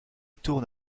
tourne